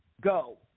go